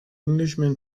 englishman